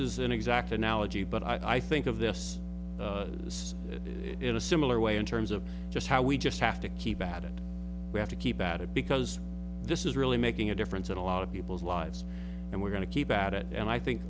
is an exact analogy but i think of this is it in a similar way in terms of just how we just have to keep at it we have to keep at it because this is really making a difference in a lot of people's lives and we're going to keep at it and i think